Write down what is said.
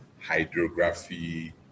hydrography